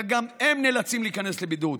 וגם הם נאלצים להיכנס לבידוד,